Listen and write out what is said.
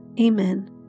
Amen